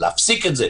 להפסיק את זה,